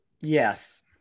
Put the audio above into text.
Yes